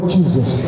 Jesus